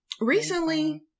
recently